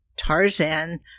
Tarzan